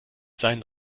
sein